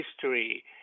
history